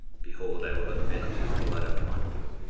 behold, i will avenge his blood upon you,